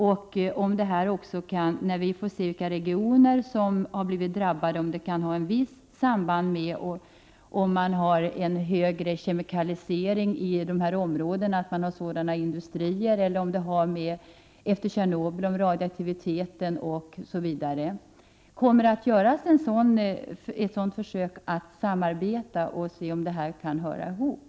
Jag undrar också, när vi får se vilka regioner som har blivit drabbade, om det kan ha ett visst samband med en högre kemikalisering i områdena, dvs. ett samband med industrier, eller Tjernobyl — radioaktivitet osv. Kommer det att göras ett sådant försök att samarbeta och se om detta kan höra ihop?